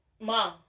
Mom